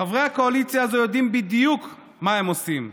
חברי הקואליציה הזו יודעים בדיוק מה הם עושים.